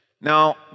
Now